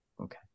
Okay